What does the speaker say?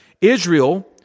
Israel